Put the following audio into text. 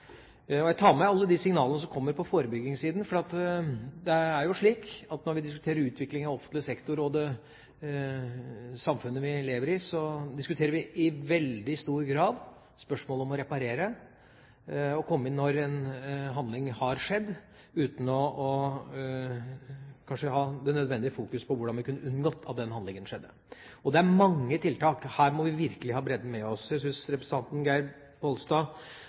forebygge. Jeg tar med meg alle de signalene som kommer på forebyggingssiden, for det er jo slik at når vi diskuterer utviklingen av offentlig sektor og det samfunnet vi lever i, så diskuterer vi i veldig stor grad spørsmål om å reparere – å komme inn når en handling har skjedd, uten kanskje å ha det nødvendige fokus på hvordan vi kunne ha unngått at denne handlingen skjedde. Det er mange tiltak – her må vi virkelig ha bredden med oss. Representanten Geir Pollestad